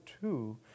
two